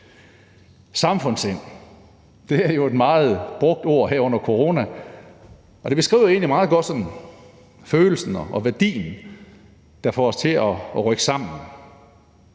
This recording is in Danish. Samfundssind er jo et meget brugt ord her under corona, og det beskriver egentlig meget godt følelsen og værdien, der får os til at rykke sammen.